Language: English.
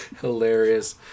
Hilarious